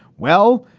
well,